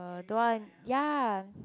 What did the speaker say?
but don't want ya